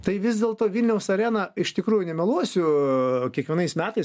tai vis dėlto vilniaus arena iš tikrųjų nemeluosiu kiekvienais metais